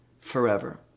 forever